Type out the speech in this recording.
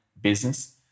business